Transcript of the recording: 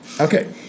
Okay